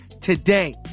today